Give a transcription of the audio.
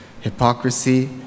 hypocrisy